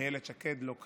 אילת שקד לא כאן,